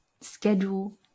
schedule